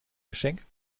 geschenk